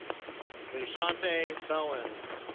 mushante bowens.